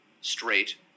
straight